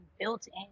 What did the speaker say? built-in